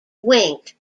wink